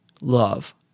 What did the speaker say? love